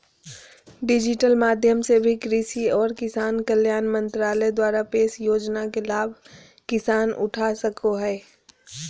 digital माध्यम से भी कृषि आर किसान कल्याण मंत्रालय द्वारा पेश योजना के लाभ किसान उठा सको हय